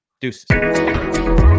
deuces